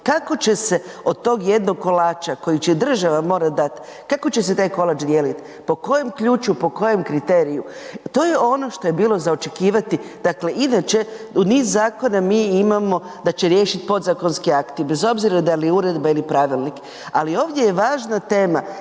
Kako će se od tog jednog kolača koji će država morat dati kako će se taj kolač dijeliti, po kojem ključu, po kojem kriteriju? To je ono što je bilo za očekivati. Dakle inače u niz zakona mi imamo da će riješiti podzakonski akti bez obzira da li je uredba ili pravilnik. Ali ovdje je važna tema,